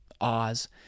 Oz